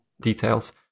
details